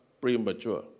premature